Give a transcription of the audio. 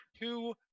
two